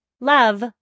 Love